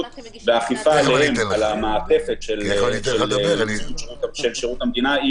והאכיפה על המעטפת של שירות המדינה,